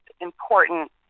important